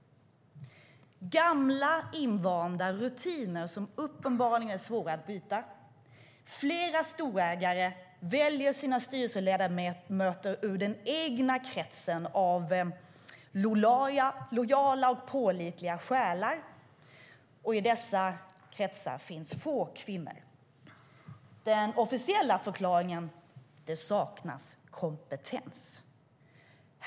Ja, gamla invanda rutiner är uppenbarligen svåra att bryta. Flera storägare väljer sina styrelseledamöter ur den egna kretsen av lojala och pålitliga själar, och i dessa kretsar finns få kvinnor. Den officiella förklaringen är att det saknas kompetens.